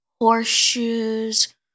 horseshoes